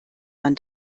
man